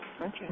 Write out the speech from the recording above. Okay